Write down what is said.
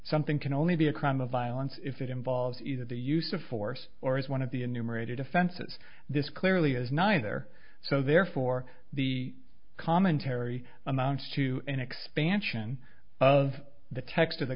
something can only be a crime of violence if it involves either the use of force or as one of the enumerated offenses this clearly is neither so therefore the commentary amounts to an expansion of the text